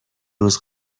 روز